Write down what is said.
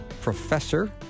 professor